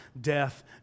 death